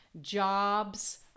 jobs